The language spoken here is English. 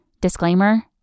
Disclaimer